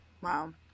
Wow